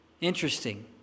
Interesting